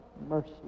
mercy